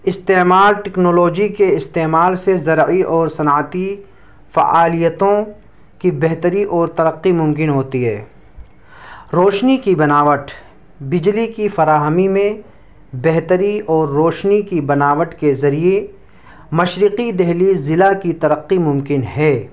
استعمال ٹکنولوجی کے استعمال سے ذرعی اور صنعتی فعالیتوں کی بہتری اور ترقی ممکن ہوتی ہے روشنی کی بناوٹ بجلی کی فراہمی میں بہتری اور روشنی کی بناوٹ کے ذریعے مشرقی دہلی ضلع کی ترقی ممکن ہے